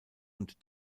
und